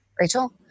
Rachel